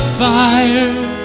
fire